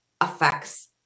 affects